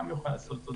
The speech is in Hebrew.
גם יוכל לעשות את זה,